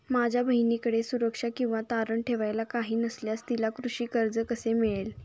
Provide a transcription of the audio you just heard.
माझ्या बहिणीकडे सुरक्षा किंवा तारण ठेवायला काही नसल्यास तिला कृषी कर्ज कसे मिळेल?